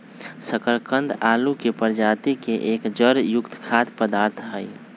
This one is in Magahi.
शकरकंद आलू के प्रजाति के एक जड़ युक्त खाद्य पदार्थ हई